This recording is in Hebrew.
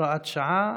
(הוראת שעה),